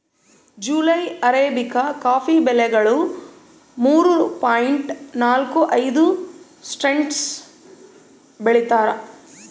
July arabica coffee ಬೆಲೆಗಳು ಮೂರು point ನಾಲ್ಕು ಐದು ಸೆಂಟ್ಸ್ ಬೆಳೀತಾರ